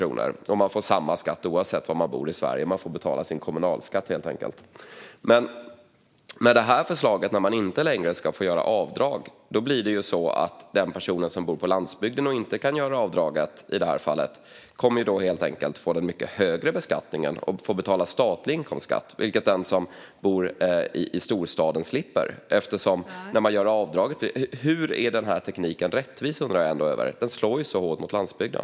Man får samma skatt oavsett var man bor i Sverige. Man får helt enkelt betala sin kommunalskatt. Men med det här förslaget ska man inte längre få göra avdrag. Den person som bor på landsbygden och inte kan göra avdraget i det här fallet kommer då att få en mycket högre beskattning och få betala statlig inkomstskatt, vilket den som bor i storstaden slipper. Hur är den här tekniken rättvis? Det undrar jag över. Den slår ju så hårt mot landsbygden.